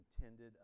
intended